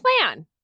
plan